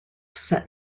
set